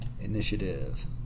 Initiative